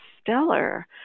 stellar